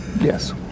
Yes